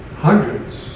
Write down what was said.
hundreds